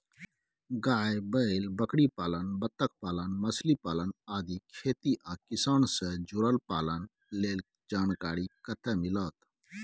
गाय, बैल, बकरीपालन, बत्तखपालन, मछलीपालन आदि खेती आ किसान से जुरल पालन लेल जानकारी कत्ते मिलत?